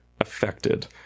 affected